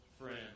friend